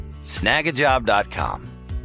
snagajob.com